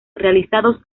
realizados